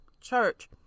church